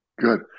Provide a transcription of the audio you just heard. Good